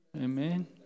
Amen